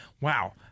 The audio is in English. wow